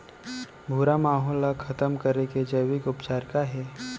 भूरा माहो ला खतम करे के जैविक उपचार का हे?